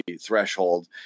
threshold